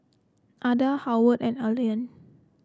Adda Howard and Allean